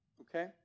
okay